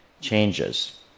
changes